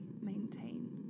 maintain